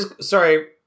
Sorry